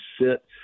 sit